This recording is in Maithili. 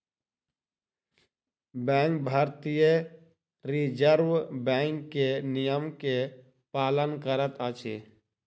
बैंक भारतीय रिज़र्व बैंक के नियम के पालन करैत अछि